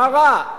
מה רע?